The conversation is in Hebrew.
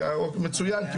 מצוין.